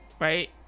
Right